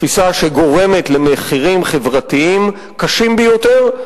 תפיסה שגורמת למחירים חברתיים קשים ביותר,